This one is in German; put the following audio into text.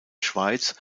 schweiz